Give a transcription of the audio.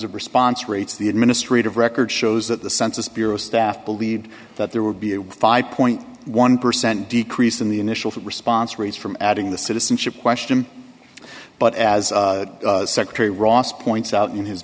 of response rates the administrative record shows that the census bureau staff believed that there would be a five point one percent decrease in the initial response rates from adding the citizenship question but as secretary ross points out in his